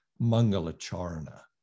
Mangalacharna